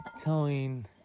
telling